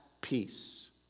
Peace